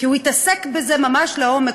כי הוא התעסק בזה ממש לעומק.